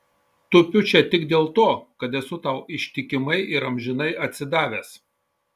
tupiu čia tik dėl to kad esu tau ištikimai ir amžinai atsidavęs